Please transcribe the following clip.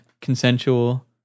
consensual